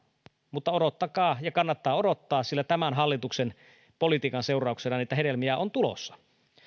mutta odottakaa ja kannattaa odottaa sillä tämän hallituksen politiikan seurauksena niitä hedelmiä on tulossa